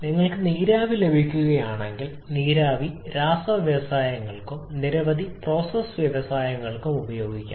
നിങ്ങൾക്ക് നീരാവി ലഭിക്കുകയാണെങ്കിൽ നീരാവി രാസ വ്യവസായങ്ങൾക്കും നിരവധി തരം പ്രോസസ്സിംഗ് വ്യവസായങ്ങൾക്കും ഉപയോഗിക്കാം